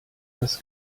das